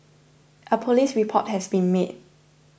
a police report has been made